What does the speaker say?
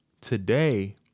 today